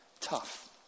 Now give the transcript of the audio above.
tough